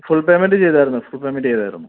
full payment ചെയ്തായിരുന്നു full payment ചെയ്തായിരുന്നു